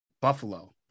Buffalo